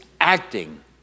acting